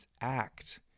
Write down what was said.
act